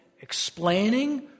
explaining